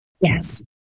Yes